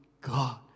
God